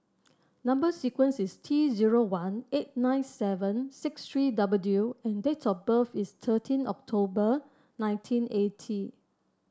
number sequence is T zero one eight nine seven six three W and date of birth is thirteen October nineteen eighty